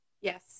Yes